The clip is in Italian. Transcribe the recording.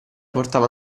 portava